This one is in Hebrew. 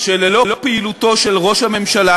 שללא פעילותו של ראש הממשלה